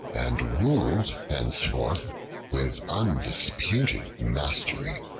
and ruled henceforth with undisputed mastery.